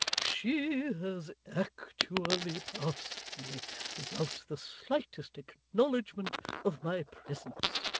she has actually passed me without the slightest acknowledgment of my presence